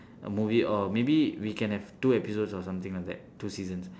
movie or maybe we can have two episode or something like that two seasons